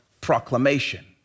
proclamation